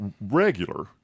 regular